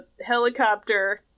helicopter